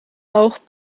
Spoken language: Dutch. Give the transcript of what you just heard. oog